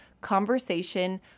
conversation